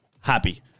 happy